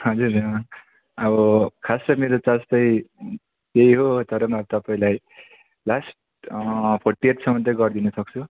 हजुर अब खास चाहिँ मेरो चार्ज चाहिँ त्यही हो तर पनि अब तपाईँलाई लास्ट फोर्टी एटसम्म चाहिँ गरिदिनु सक्छु